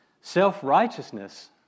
Self-righteousness